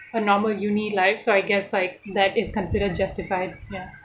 a normal uni life so I guess like that is considered justified ya